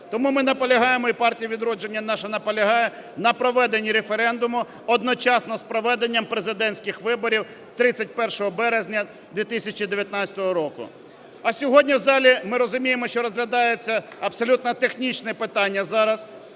Тому ми наполягаємо і "Партія "Відродження" наша наполягає на проведенні референдуму одночасно з проведенням президентських виборів 31 березня 2019 року. А сьогодні в залі ми розуміємо, що розглядається абсолютно технічне питання зараз